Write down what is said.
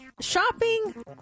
shopping